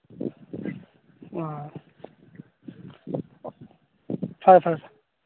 ꯑ ꯐꯔꯦ ꯐꯔꯦ